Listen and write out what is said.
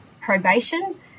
probation